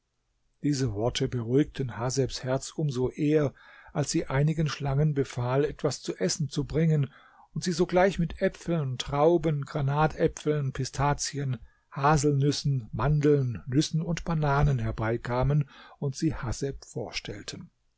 diese worte beruhigten hasebs herz um so eher als sie einigen schlangen befahl etwas zu essen zu bringen und sie sogleich mit äpfeln trauben granatäpfeln pistazien haselnüssen mandeln nüssen und bananen herbeikamen und sie haseb vorstellten